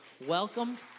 welcome